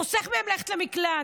חוסך מהן ללכת למקלט,